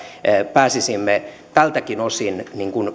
pääsisimme tältäkin osin